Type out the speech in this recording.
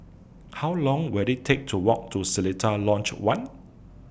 How Long Will IT Take to Walk to Seletar Lodge one